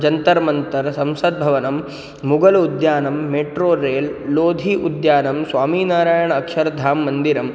जन्तर् मन्तर् संसद्भवनं मुगलुद्यानं metro rail Lodhi उद्यानं स्वामीनारायणः अक्षर्धां मन्दिरम्